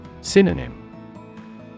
Synonym